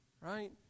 Right